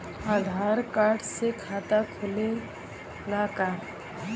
आधार card से खाता खुले ला का?